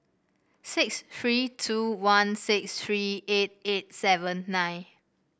six three two one six three eight eight seven nine